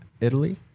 Italy